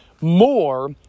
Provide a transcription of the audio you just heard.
more